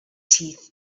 teeth